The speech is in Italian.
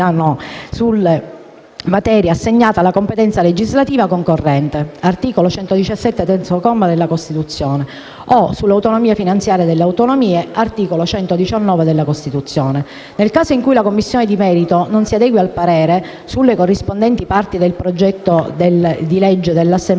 sulle materie assegnate alla competenza legislativa concorrente (articolo 117, terzo comma, della Costituzione) o sull'autonomia finanziaria delle autonomie (articolo 119 della Costituzione). Nel caso in cui la Commissione di merito non si adegui al parere, «sulle corrispondenti parti del progetto di legge l'Assemblea